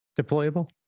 deployable